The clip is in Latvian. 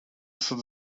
esat